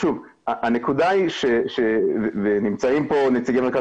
הנקודה היא ונמצאים פה נציגי מרכז